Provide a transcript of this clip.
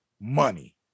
money